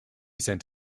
sent